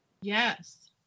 Yes